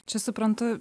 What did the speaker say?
čia suprantu